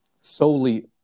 solely